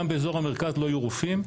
גם באזור המרכז לא יהיו רופאים,